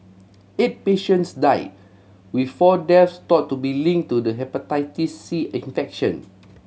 eight patients died with four death thought to be linked to the Hepatitis C infection